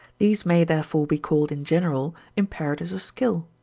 these may, therefore, be called in general imperatives of skill.